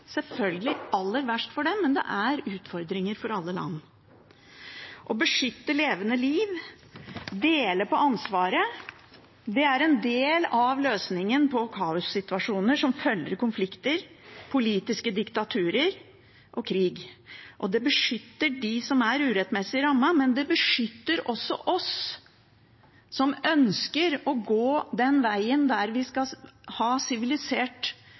selvfølgelig aller verst for dem, men det er utfordringer for alle land. Å beskytte levende liv og dele på ansvaret er en del av løsningen på kaossituasjoner som følger konflikter, politiske diktaturer og krig. Det beskytter dem som er urettmessig rammet, men det beskytter også oss som ønsker